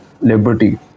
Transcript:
liberty